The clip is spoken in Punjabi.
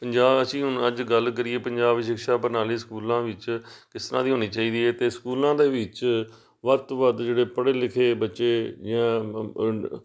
ਪੰਜਾਬ ਅਸੀਂ ਹੁਣ ਅੱਜ ਗੱਲ ਕਰੀਏ ਪੰਜਾਬ ਸਿਕਸ਼ਾ ਪ੍ਰਣਾਲੀ ਸਕੂਲਾਂ ਵਿੱਚ ਕਿਸ ਤਰ੍ਹਾਂ ਦੀ ਹੋਣੀ ਚਾਹੀਦੀ ਹੈ ਅਤੇ ਸਕੂਲਾਂ ਦੇ ਵਿੱਚ ਵੱਧ ਤੋਂ ਵੱਧ ਜਿਹੜੇ ਪੜ੍ਹੇ ਲਿਖੇ ਬੱਚੇ ਜਾਂ